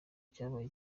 cyabaye